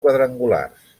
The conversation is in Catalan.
quadrangulars